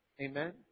Amen